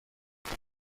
زمان